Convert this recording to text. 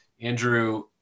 Andrew